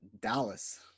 Dallas